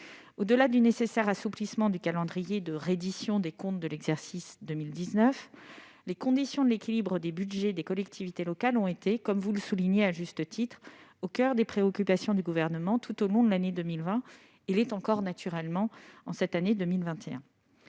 Au-delà du nécessaire assouplissement du calendrier de reddition des comptes de l'exercice 2019, les conditions de l'équilibre des budgets des collectivités locales ont été, comme vous le soulignez à juste titre, au coeur des préoccupations du Gouvernement, tout au long de l'année 2020, et le sont encore, naturellement, en 2021.